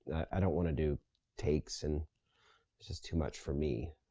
i don't wanna do takes and. it's just too much for me.